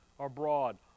Abroad